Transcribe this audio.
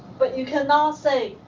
but you can now say,